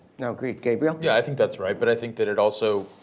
agreed. gabriel. yeah i think that's right but i think that it also,